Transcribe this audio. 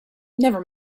never